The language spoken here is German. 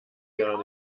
gar